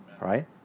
Right